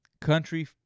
Country